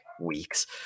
weeks